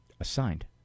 assigned